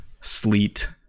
sleet